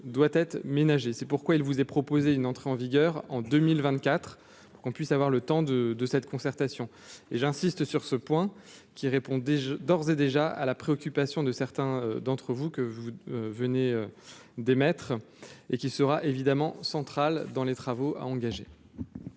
doit être ménagé, c'est pourquoi il vous est proposé une entrée en vigueur en 2024 pour qu'on puisse avoir le temps de de cette concertation, et j'insiste sur ce point qui répond, des jeux d'ores et déjà à la préoccupation de certains d'entre vous, que vous venez d'émettre et qui sera évidemment central dans les travaux à engager.